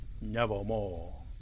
nevermore